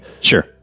Sure